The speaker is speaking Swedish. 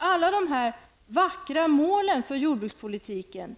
Alla dessa vackra mål för jordbrukspolitiken